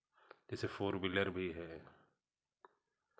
जैसे four wheeler भी है